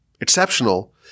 exceptional